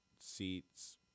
seats